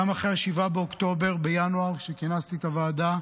גם אחרי 7 באוקטובר, בינואר, כשכינסתי את הוועדה,